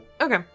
Okay